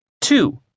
Two